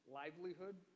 livelihood